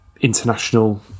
international